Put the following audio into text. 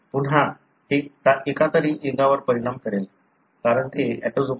पुन्हा हे एकातरी लिंगावर परिणाम करेल कारण ते ऑटोसोमल आहे